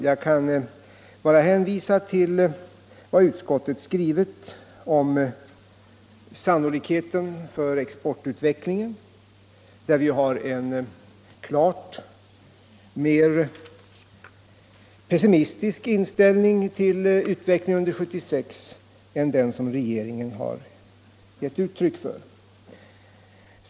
Jag kan bara hänvisa till vad utskottet har skrivit om sannolikheten för exportutvecklingen, där vi har en klart mer pessimistisk inställning till utvecklingen under år 1976 än den som regeringen har gett uttryck för.